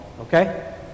okay